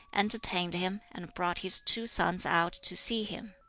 entertained him, and brought his two sons out to see him.